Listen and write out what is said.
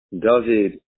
David